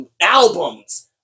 albums